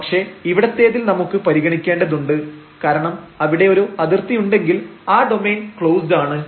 പക്ഷേ ഇവിടെത്തേതിൽ നമുക്ക് പരിഗണിക്കേണ്ടതുണ്ട് കാരണം അവിടെ ഒരു അതിർത്തിയുണ്ടെങ്കിൽ ആ ഡോമെയിൻ ക്ലോസ്ഡ് ആണ്